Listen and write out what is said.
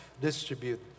distribute